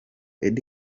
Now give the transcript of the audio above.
eddy